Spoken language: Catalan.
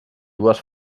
dues